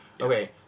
Okay